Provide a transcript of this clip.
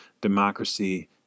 democracy